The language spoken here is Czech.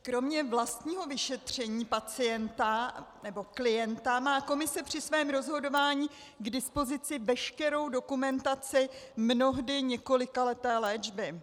Kromě vlastního vyšetření pacienta nebo klienta má komise při svém rozhodování k dispozici veškerou dokumentaci mnohdy několikaleté léčby.